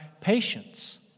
patience